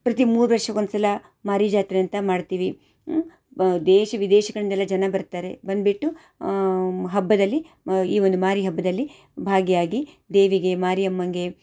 ಪ್ರತಿ ಮೂರು ವರ್ಷಕ್ಕೆ ಒಂದುಸಲ ಮಾರಿ ಜಾತ್ರೆ ಅಂತ ಮಾಡ್ತೀವಿ ಬ ದೇಶ ವಿದೇಶಗಳಿಂದೆಲ್ಲ ಜನ ಬರ್ತಾರೆ ಬಂದುಬಿಟ್ಟು ಮ್ ಹಬ್ಬದಲ್ಲಿ ಈ ಒಂದು ಮಾರಿ ಹಬ್ಬದಲ್ಲಿ ಭಾಗಿಯಾಗಿ ದೇವಿಗೆ ಮಾರಿಯಮ್ಮಂಗೆ